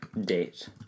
Date